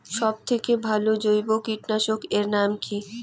সব থেকে ভালো জৈব কীটনাশক এর নাম কি?